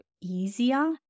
easier